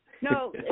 No